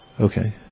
Okay